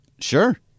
Sure